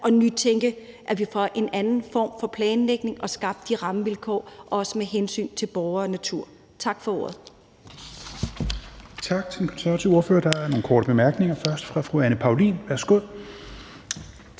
nytænke en anden form for planlægning og få skabt de rammevilkår, også med hensyn til borgere og natur. Tak for ordet.